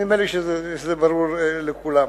נדמה לי שזה ברור לכולם.